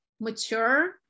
mature